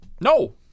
no